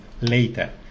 later